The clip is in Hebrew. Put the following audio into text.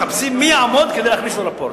מחפשים מי יעמוד כדי להכניס לו רפורט.